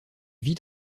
vit